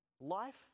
Life